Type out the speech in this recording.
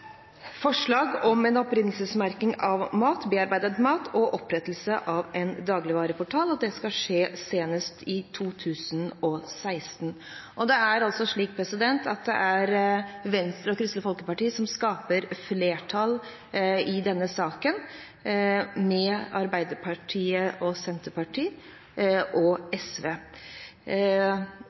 forslag om opprinnelsesmerking av bearbeidet mat og opprettelse av en dagligvareportal, og at dette skal skje senest i 2016. Det er altså slik at det er Venstre og Kristelig Folkeparti som skaper flertall i denne saken, sammen med Arbeiderpartiet, Senterpartiet og